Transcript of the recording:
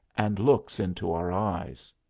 and looks into our eyes.